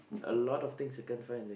a lot of things I can't find in the